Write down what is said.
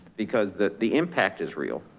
because the the impact is real.